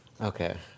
Okay